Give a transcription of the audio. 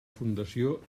fundació